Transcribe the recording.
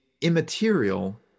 immaterial